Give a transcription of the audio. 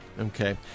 Okay